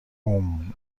بوووم